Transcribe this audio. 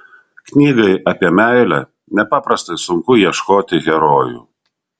knygai apie meilę nepaprastai sunku ieškoti herojų